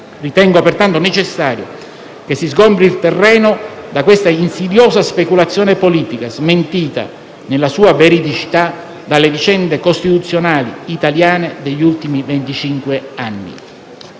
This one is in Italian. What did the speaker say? Ritengo pertanto necessario che si sgombri il terreno da questa insidiosa speculazione politica, smentita, nella sua veridicità, dalle vicende costituzionali italiane degli ultimi